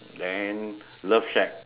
then love shack